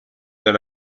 that